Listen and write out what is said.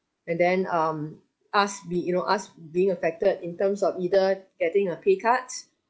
and then um us we you know us being affected in terms of either getting a pay cut